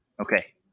Okay